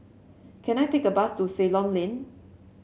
can I take a bus to Ceylon Lane